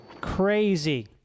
crazy